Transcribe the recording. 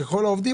ככל העובדים",